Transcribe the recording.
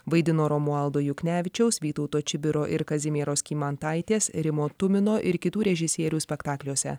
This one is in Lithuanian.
vaidino romualdo juknevičiaus vytauto čibiro ir kazimieros kymantaitės rimo tumino ir kitų režisierių spektakliuose